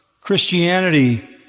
Christianity